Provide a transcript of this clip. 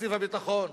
מתקציב הביטחון,